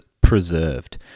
preserved